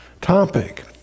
topic